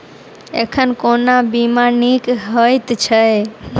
एखन कोना बीमा नीक हएत छै?